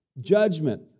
Judgment